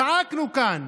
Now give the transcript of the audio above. זעקנו כאן.